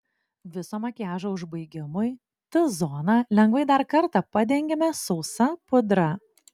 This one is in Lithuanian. viso makiažo užbaigimui t zoną lengvai dar kartą padengiame sausa pudra